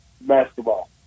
basketball